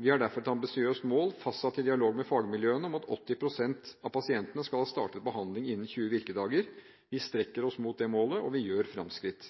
Vi har derfor et ambisiøst mål, fastsatt i dialog med fagmiljøene, om at 80 pst. av pasientene skal ha startet behandling innen 20 virkedager. Vi strekker oss mot det målet, og vi gjør fremskritt.